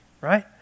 Right